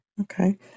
Okay